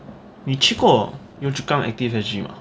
你去过 yio chu kang ActiveSG mah